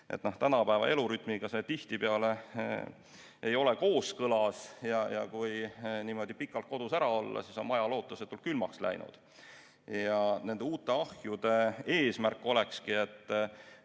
Tänapäeva elurütmiga see tihtipeale ei ole kooskõlas ja kui niimoodi pikalt kodust ära olla, siis on maja lootusetult külmaks läinud. Nende uute ahjude eesmärk olekski, et